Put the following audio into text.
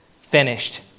finished